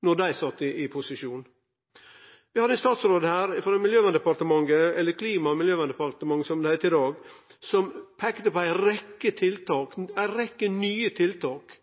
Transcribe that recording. då dei sat i posisjon. Vi har ein statsråd her frå Miljøverndepartementet – eller Klima- og miljødepartementet, som det heiter i dag – som peikte på ei rekkje nye tiltak.